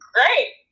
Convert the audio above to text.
Great